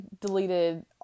deleted